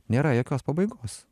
nėra jokios pabaigos